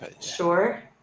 Sure